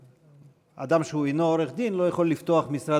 אדם שהוא אינו עורך-דין לא יכול לפתוח משרד